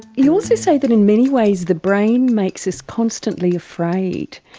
you also say that in many ways the brain makes us constantly afraid.